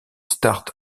start